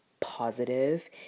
positive